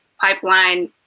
pipeline